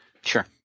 Sure